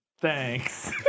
Thanks